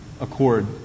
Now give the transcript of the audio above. accord